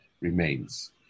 remains